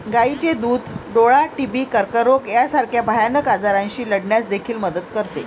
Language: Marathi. गायीचे दूध डोळा, टीबी, कर्करोग यासारख्या भयानक आजारांशी लढण्यास देखील मदत करते